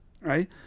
Right